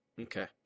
Okay